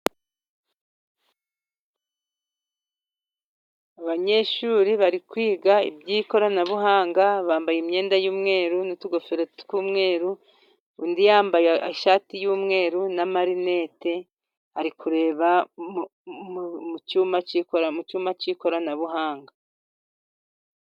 Abanyeshuri bari kwiga iby'ikoranabuhanga bambaye imyenda y'umweru n'utugofero tw'umweru, undi yambaye ishati y'umweru n'amarinete ari kureba mu cyuma cy'ikoranabuhanga.